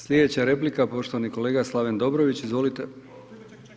Slijedeća replika poštovani kolega Slaven Dobrović, izvolite.